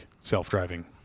self-driving